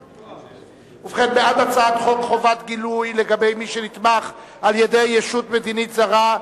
להעביר את הצעת חוק חובת גילוי לגבי מי שנתמך על-ידי ישות מדינית זרה,